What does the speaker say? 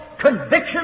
conviction